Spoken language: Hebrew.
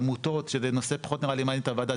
עמותות שזה נושא שפחות מעניין את הוועדה,